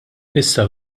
issa